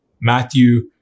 Matthew